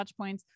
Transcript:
Touchpoints